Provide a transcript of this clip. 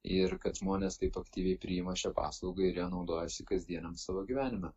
ir kad žmonės taip aktyviai priima šią paslaugą ir ja naudojasi kasdieniam savo gyvenime